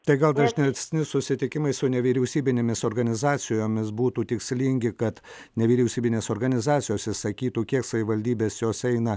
tai gal dažnesni susitikimai su nevyriausybinėmis organizacijomis būtų tikslingi kad nevyriausybinės organizacijos išsakytų kiek savivaldybės jos eina